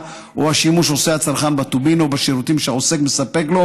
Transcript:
או השימוש שעושה הצרכן בטובין או בשירותים שהעוסק מספק לו,